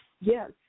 Yes